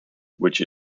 which